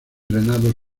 drenados